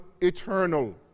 eternal